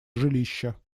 жилища